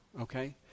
okay